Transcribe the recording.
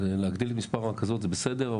להגדיל את מספר הרכזות זה בסדר,